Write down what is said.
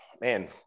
man